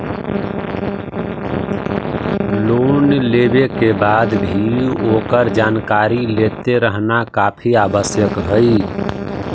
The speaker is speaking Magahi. लोन लेवे के बाद भी ओकर जानकारी लेते रहना काफी आवश्यक हइ